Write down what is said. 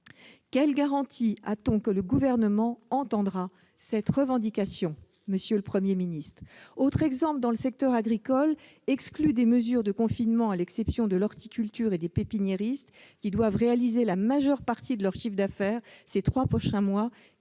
Quelle garantie a-t-on que le Gouvernement entendra cette revendication, monsieur le Premier ministre ?